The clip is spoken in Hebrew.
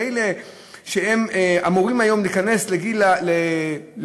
מאלה שאמורים היום להיכנס לגיל הפנסיה,